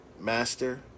Master